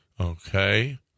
Okay